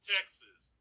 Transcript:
Texas